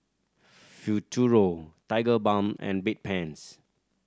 Futuro Tigerbalm and Bedpans